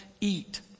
eat